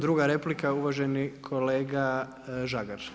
Druga replika, uvaženi kolega Žagar.